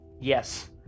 Yes